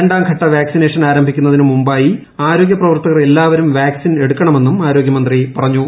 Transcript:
രണ്ടാംഘട്ട വാക്സിനേഷൻ ആരംഭിക്കുന്നതിന് മുമ്പായി ആരോഗ്യ പ്രവർ ത്തകർ എല്ലാവരും വാക്സിൻ എടുക്കണമെന്നും ആരോഗ്യമന്ത്രി പറഞ്ഞു